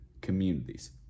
communities